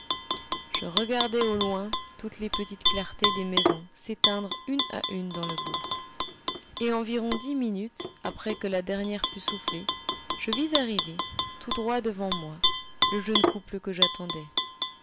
je regardais au loin toutes les petites clartés des maisons s'éteindre une à une dans le bourg et environ dix minutes après que la dernière fût soufflée je vis arriver tout droit devant moi le jeune couple que j'attendais